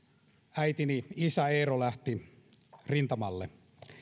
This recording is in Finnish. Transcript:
äitini isä eero lähti rintamalle